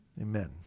Amen